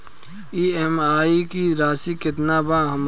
EMI की राशि केतना बा हमर?